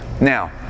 Now